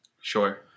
Sure